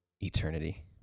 eternity